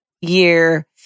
year